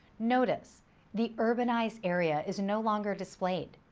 notice the urbanized area is no longer displayed.